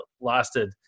lasted